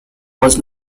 was